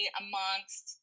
amongst